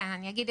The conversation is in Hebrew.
כן אני אגיד,